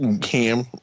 Cam